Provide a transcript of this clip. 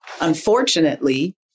unfortunately